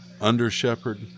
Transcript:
under-shepherd